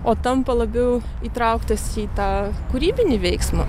o tampa labiau įtrauktas į tą kūrybinį veiksmą